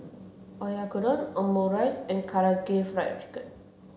Oyakodon Omurice and Karaage Fried Chicken